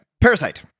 Parasite